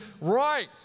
right